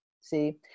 see